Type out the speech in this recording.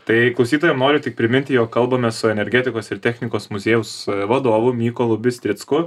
tai klausytojam noriu tik priminti jog kalbamės su energetikos ir technikos muziejaus vadovu mykolu bistricku